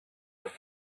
have